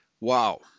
wow